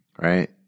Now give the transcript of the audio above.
right